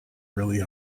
really